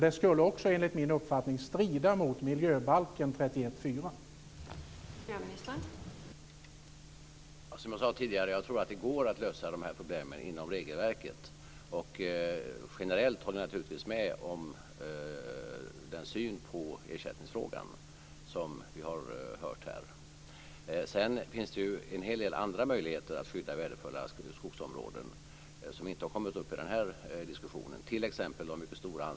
Det skulle också enligt min uppfattning strida mot miljöbalken 31 kap. 4 §.